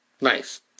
Nice